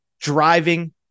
driving